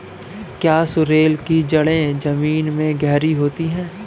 क्या सोरेल की जड़ें जमीन में गहरी होती हैं?